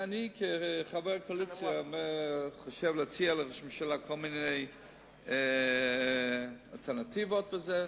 כחבר קואליציה אני חושב להציע לראש הממשלה כל מיני אלטרנטיבות לזה.